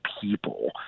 people